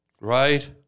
Right